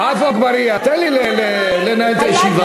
עפו אגבאריה, תן לי לנהל את הישיבה.